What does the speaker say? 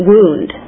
Wound